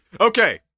okay